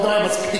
טוב, די, מספיק.